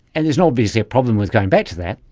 and there's obvious a problem with going back to that.